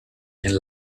and